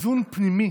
איזון פנימי